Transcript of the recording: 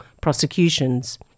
Prosecutions